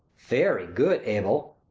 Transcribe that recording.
very good, abel.